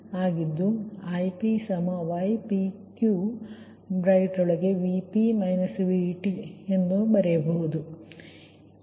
ಆದ್ದರಿಂದ Ip ypq ನಾವು ಬರೆಯುತ್ತೇವೆ ಸರಿ